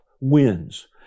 wins